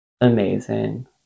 amazing